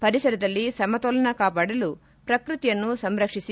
ಪರಿಸರದಲ್ಲಿ ಸಮತೋಲನ ಕಾಪಾಡಲು ಪ್ರಕೃತಿಯನ್ನು ಸಂರಕ್ಷಿಸಿ